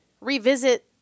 revisit